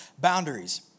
boundaries